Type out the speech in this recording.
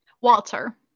Walter